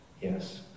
Yes